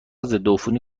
ضدعفونی